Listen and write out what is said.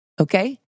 Okay